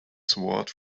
sword